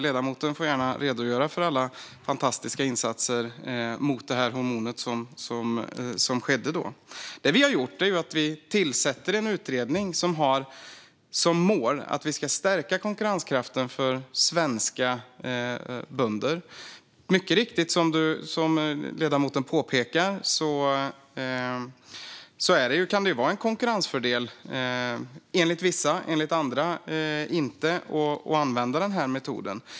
Ledamoten får gärna redogöra för alla fantastiska insatser mot detta hormon som skedde då. Det som vi har gjort är att vi har tillsatt en utredning som har som mål att stärka konkurrenskraften för svenska bönder. Som ledamoten mycket riktigt påpekar kan det enligt vissa vara en konkurrensfördel, enligt andra inte, att använda denna metod.